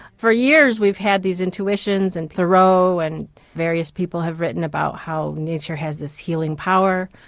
for years we've had these intuitions and thoreau and various people have written about how nature has this healing power.